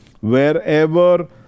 wherever